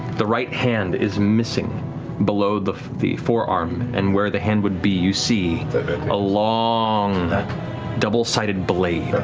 the right hand is missing below the the forearm. and where the hand would be, you see a long double-sided blade,